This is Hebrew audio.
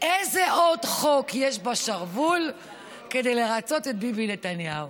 איזה עוד חוק יש בשרוול כדי לרצות את ביבי נתניהו?